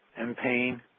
and pain.